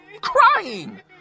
crying